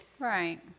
Right